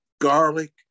garlic